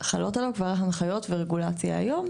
חלות עליו כבר הנחיות ורגולציה היום,